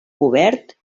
obert